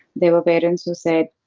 they were parents who said,